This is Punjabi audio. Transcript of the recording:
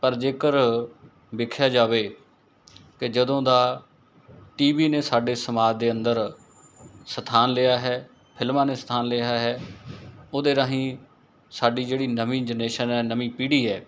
ਪਰ ਜੇਕਰ ਵੇਖਿਆ ਜਾਵੇ ਕਿ ਜਦੋਂ ਦਾ ਟੀ ਵੀ ਨੇ ਸਾਡੇ ਸਮਾਜ ਦੇ ਅੰਦਰ ਸਥਾਨ ਲਿਆ ਹੈ ਫਿਲਮਾਂ ਦੇ ਸਥਾਨ ਲਿਆ ਹੈ ਉਹਦੇ ਰਾਹੀਂ ਸਾਡੀ ਜਿਹੜੀ ਨਵੀਂ ਜਨਰੇਸ਼ਨ ਹੈ ਨਵੀਂ ਪੀੜੀ ਹੈ